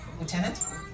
Lieutenant